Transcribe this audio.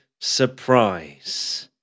Surprise